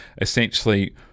essentially